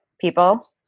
people